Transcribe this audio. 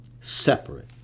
separate